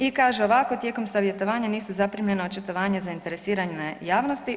I kaže ovako, tijekom savjetovanja nisu zaprimljena očitovanja zainteresirane javnosti.